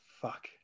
fuck